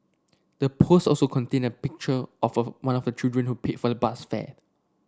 the post also contained a picture of of one of the children who paid for the bus fare